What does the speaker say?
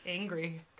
angry